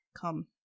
come